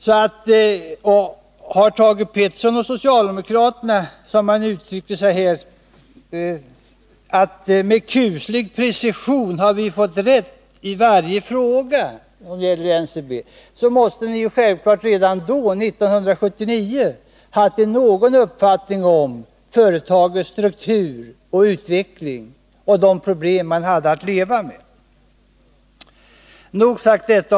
Om Thage Peterson och socialdemokraterna — som han uttryckte det här — med kuslig precision fått rätt i varje fråga när det gäller NCB, måste ni självklart redan 1979 ha haft någon uppfattning om företagets struktur och utveckling och de problem man hade att leva med. Nog sagt om detta!